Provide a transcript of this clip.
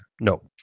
No